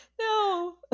No